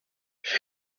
she